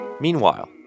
Meanwhile